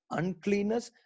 uncleanness